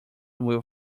will